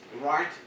right